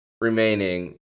remaining